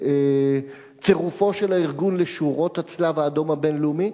של הארגון לשורות הצלב-האדום הבין-לאומי?